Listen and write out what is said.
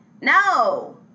no